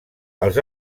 els